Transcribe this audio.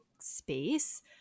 space